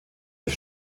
des